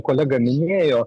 kolega minėjo